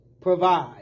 provide